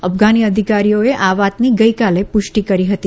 અફઘાની અધિકારીઓએ આ વાતની ગઈકાલે પુષ્ટિ કરી હતી